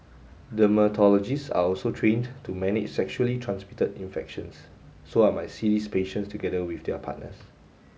dermatologists are also trained to manage sexually transmitted infections so I might see these patients together with their partners